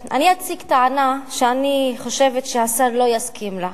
אני אציג טענה שאני חושבת שהשר לא יסכים לה,